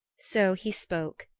so he spoke,